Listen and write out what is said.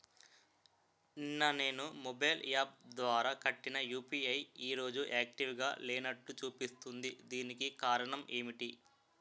నిన్న నేను mobile app ద్వారా కట్టిన యు.పి.ఐ ఈ రోజు యాక్టివ్ గా లేనట్టు చూపిస్తుంది దీనికి కారణం ఏమిటి?